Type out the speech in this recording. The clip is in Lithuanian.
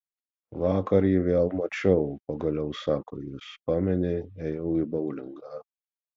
vakar jį vėl mačiau pagaliau sako jis pameni ėjau į boulingą